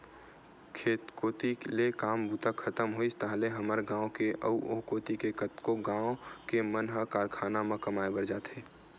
खेत कोती ले काम बूता खतम होइस ताहले हमर गाँव के अउ ओ कोती के कतको गाँव के मन ह कारखाना म कमाए बर जाथे